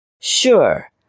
Sure